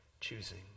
choosing